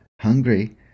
hungry